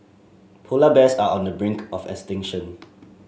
polar bears are on the brink of extinction